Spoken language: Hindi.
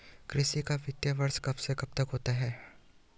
कृषि का वित्तीय वर्ष कब से कब तक होता है?